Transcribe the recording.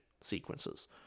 sequences